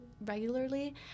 regularly